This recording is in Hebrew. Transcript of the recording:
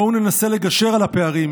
בואו ננסה לגשר על הפערים,